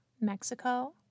Mexico